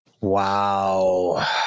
wow